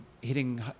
hitting